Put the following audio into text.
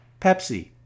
Pepsi